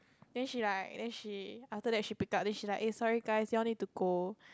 then she like then she after that she pick up then she like aye sorry guys you all need to go